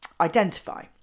identify